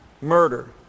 murder